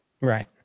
Right